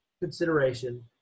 consideration